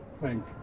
thank